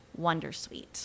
Wondersuite